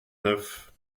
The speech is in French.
neuf